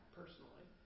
personally